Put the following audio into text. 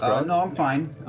ah and um fine.